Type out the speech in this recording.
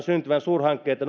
syntyvän suurhankkeista